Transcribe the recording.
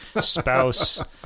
spouse